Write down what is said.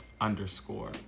underscore